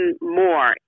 more